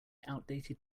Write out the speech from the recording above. outdated